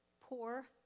poor